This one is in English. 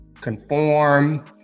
conform